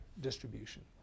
distribution